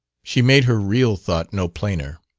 she made her real thought no plainer.